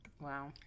wow